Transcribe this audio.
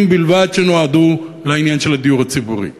שנועדו לעניין של הדיור הציבורי בלבד?